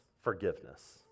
forgiveness